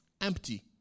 empty